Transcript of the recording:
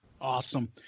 Awesome